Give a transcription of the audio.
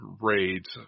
raids